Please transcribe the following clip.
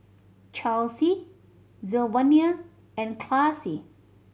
Chelsey Sylvania and Classie